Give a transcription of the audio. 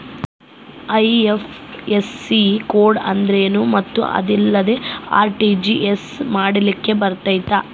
IFSC code ಅಂದ್ರೇನು ಮತ್ತು ಅದಿಲ್ಲದೆ ಆರ್.ಟಿ.ಜಿ.ಎಸ್ ಮಾಡ್ಲಿಕ್ಕೆ ಬರ್ತೈತಾ?